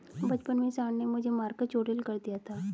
बचपन में सांड ने मुझे मारकर चोटील कर दिया था